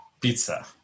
Pizza